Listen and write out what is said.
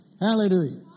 Hallelujah